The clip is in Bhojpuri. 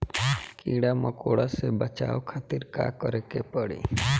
कीड़ा मकोड़ा से बचावे खातिर का करे के पड़ी?